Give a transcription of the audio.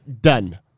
done